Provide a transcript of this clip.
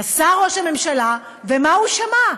נסע ראש הממשלה, ומה הוא שמע?